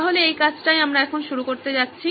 তাহলে এটা হল সেটা যা আমরা কি করতে যাচ্ছি